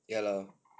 ya lah